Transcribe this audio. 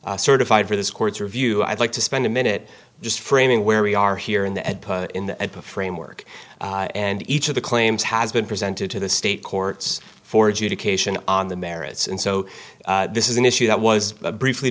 n certified for this court's review i'd like to spend a minute just framing where we are here in the in the framework and each of the claims has been presented to the state courts for adjudication on the merits and so this is an issue that was briefly